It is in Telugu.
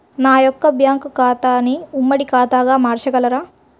నా యొక్క బ్యాంకు ఖాతాని ఉమ్మడి ఖాతాగా మార్చగలరా?